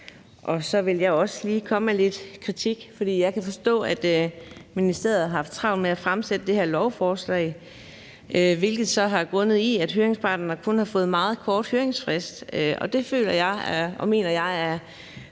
og så vil jeg også lige komme med lidt kritik, for jeg kan forstå, at ministeriet har haft travlt med at fremsætte det her lovforslag, hvilket så har ligget til grund for, at høringsparterne kun har fået meget kort høringsfrist, og det føler jeg og mener jeg er